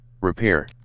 Repair